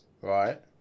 Right